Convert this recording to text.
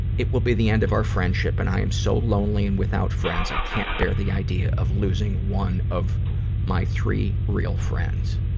it will be the end of our friendship and i am so lonely and without friends i can't bear the idea of losing one of my three real friends.